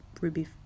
Ruby